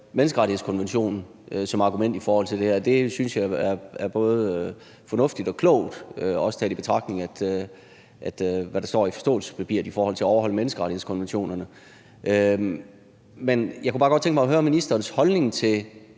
menneskerettighedskonventionen som argument i forhold til det her, og det synes jeg er både fornuftigt og klogt, også i betragtning af hvad der står i forståelsespapiret i forhold til overholdelse af menneskerettighedskonventionerne. Men jeg kunne bare godt tænke mig at høre ministerens holdning til